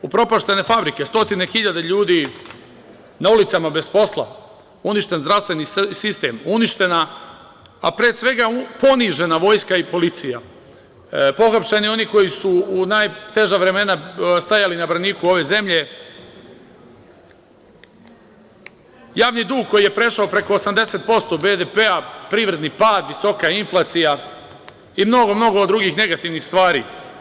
Upropaštene fabrike, stotine hiljada ljudi na ulicama bez posla, uništen zdravstveni sistem, uništena, a pre svega ponižena vojska i policija, pohapšeni oni koji su u najteža vremena stajali na braniku ove zemlje, javni dug koji je prešao preko 80% BDP, privredni pad, visoka inflacija i mnogo, mnogo drugih negativnih stvari.